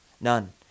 None